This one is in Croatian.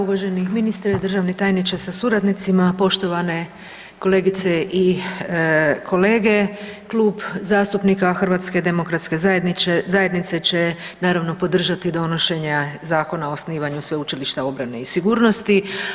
Uvaženi ministre, državni tajniče sa suradnicima, poštovane kolegice i kolege, Klub zastupnika HDZ-a će naravno podržati donošenje Zakona o osnivanju Sveučilišta obrane i sigurnosti.